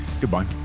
goodbye